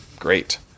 great